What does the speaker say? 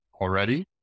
already